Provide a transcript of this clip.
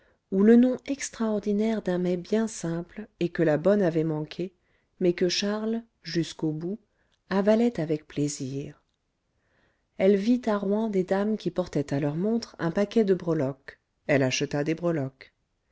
ou le nom extraordinaire d'un mets bien simple et que la bonne avait manqué mais que charles jusqu'au bout avalait avec plaisir elle vit à rouen des dames qui portaient à leur montre un paquet de breloques elle acheta des breloques